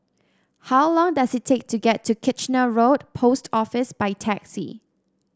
how long does it take to get to Kitchener Road Post Office by taxi